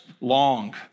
long